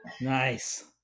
Nice